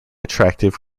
attractive